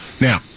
Now